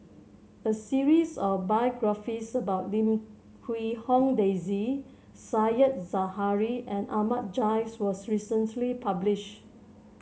a series of biographies about Lim Quee Hong Daisy Said Zahari and Ahmad Jais was recently publish